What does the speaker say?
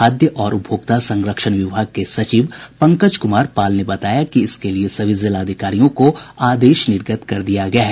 खाद्य और उपभोक्ता संरक्षण विभाग के सचिव पंकज कुमार पाल ने बताया कि इसके लिए सभी जिलाधिकारियों को आदेश निर्गत कर दिया गया है